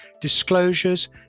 disclosures